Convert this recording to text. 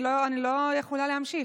אני לא יכולה להמשיך.